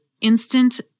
instant